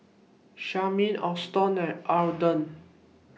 Charmaine Auston and Arden